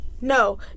no